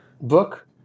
book